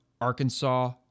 Arkansas